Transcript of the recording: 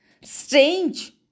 Strange